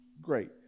Great